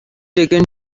taken